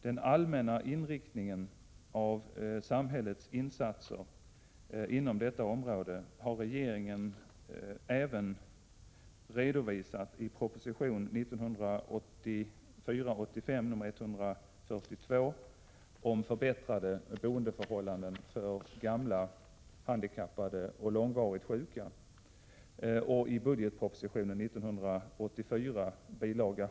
Den allmänna inriktningen av samhällets insatser inom detta område har regeringen även redovisat i proposition 1984/85:142 om förbättrade boendeförhållanden för gamla, handikappade och långvarigt sjuka och i budgetpropositionen 1984 bil.